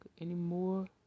anymore